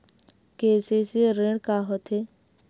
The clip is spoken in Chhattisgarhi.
के.सी.सी ऋण का होथे?